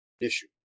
Issue